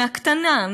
בקטנה,